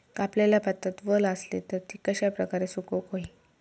कापलेल्या भातात वल आसली तर ती कश्या प्रकारे सुकौक होई?